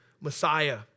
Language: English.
Messiah